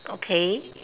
okay